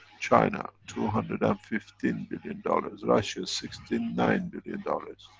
china two ah hundred and fifteen billion dollars. russia sixty-nine billion dollars.